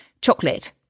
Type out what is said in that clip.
chocolate